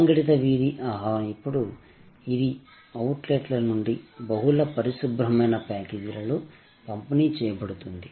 అసంఘటిత వీధి ఆహారం ఇప్పుడు వివిధ అవుట్లెట్ల నుండి బహుళ పరిశుభ్రమైన ప్యాకేజీలలో పంపిణీ చేయబడింది